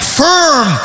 firm